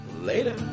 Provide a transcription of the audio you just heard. Later